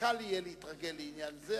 קל יהיה להתרגל לעניין זה.